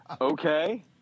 okay